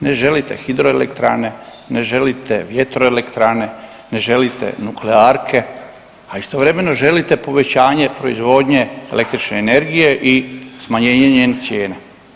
Ne želite hidroelektrane, ne želite vjetroelektrane, ne želite nuklearke, a istovremeno želite povećanje proizvodnje električne energije i smanjenje njenih cijena.